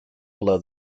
below